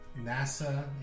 nasa